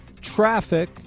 Traffic